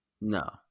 no